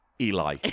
Eli